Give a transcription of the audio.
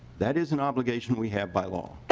that is an obligation we have by law.